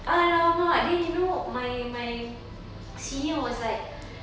!alamak! then you know my my senior was like